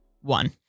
one